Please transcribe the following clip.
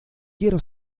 quiero